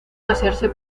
hacerse